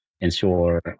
ensure